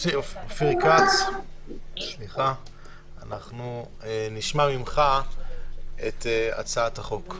אנחנו נשמע ממך את הצעת החוק.